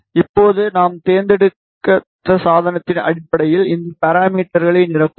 இப்போது நாம் தேர்ந்தெடுத்த சாதனத்தின் அடிப்படையில் இந்த பாராமீட்டர்களை நிரப்புவோம்